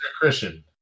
Christian